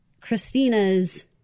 Christina's